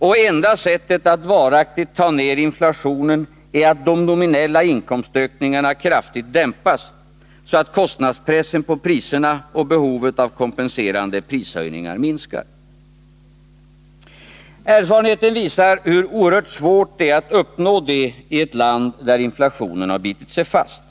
Och enda sättet att varaktigt ta ner inflationen är att de nominella inkomstökningarna kraftigt dämpats, så att kostnadspressen på priserna och behovet av kompenserande prishöjningar minskar. Erfarenheten visar hur oerhört svårt det är att uppnå detta i ett land där inflationen bitit sig fast.